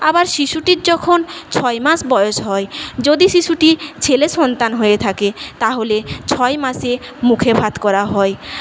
আবার শিশুটির যখন ছয় মাস বয়স হয় যদি শিশুটি ছেলে সন্তান হয়ে থাকে তাহলে ছয় মাসে মুখে ভাত করা হয়